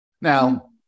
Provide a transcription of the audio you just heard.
Now